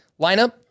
lineup